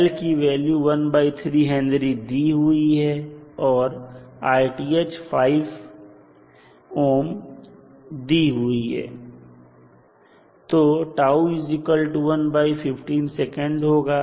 L की value 13H दी हुई है और 5 दी हुई है तो 115 sec होगा